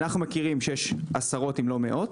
אנחנו מכירים שיש עשרות אם לא מאות,